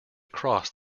across